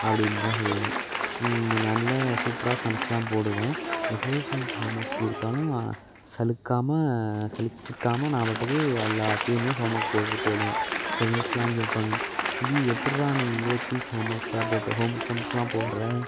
அப்படின்னு தான் சொல்லணும் இங்கே நல்லா சூப்பராக சம்ஸ்செலாம் போடுவேன் எவ்வளோ சம்ஸ் ஹோம் ஒர்க் கொடுத்தாலும் சலிக்காம சலிச்சிக்காமல் நான் பாட்டுக்கு எல்லாத்தையுமே ஹோம் ஒர்க் போட்டுகிட்டு போய்விடுவேன் ஃப்ரெண்ட்ஸ்செலாம் கேட்பாங்க டே எப்புடிறா நீ இவ்வளோத்தி சம்ஸ்ஸை ஹோம் ஒர்க்ஸாக போட்டு ஹோம் ஒர்க் சம்ஸ்செலாம் போடுற